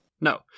No